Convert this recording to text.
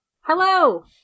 hello